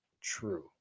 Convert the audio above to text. true